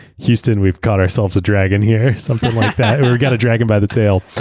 houston we've got ourselves a dragon here, something like that. and we got a dragon by the tail.